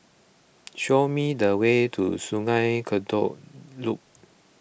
show me the way to Sungei Kadut Loop